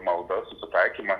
malda susitaikymas